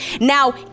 Now